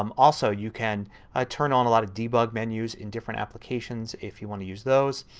um also you can turn on a lot of debug menus in different applications if you want to use those.